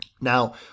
Now